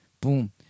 Boom